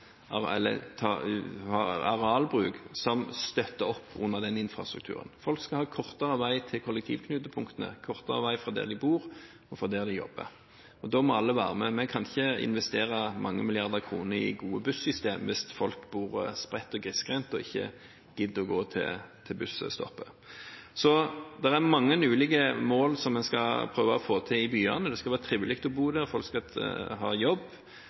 ha en arealbruk som støtter opp under den infrastrukturen. Folk skal ha kortere vei til kollektivknutepunktene, kortere vei fra der de bor og fra der de jobber. Da må alle være med. Vi kan ikke investere mange milliarder kroner i gode buss-systemer hvis folk bor spredt og grisgrendt og ikke gidder å gå til buss-stoppet. Det er mange ulike mål vi skal prøve å få til i byene. Det skal være trivelig å bo der. Folk skal ha jobb.